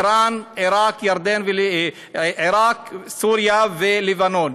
איראן, עיראק, סוריה ולבנון.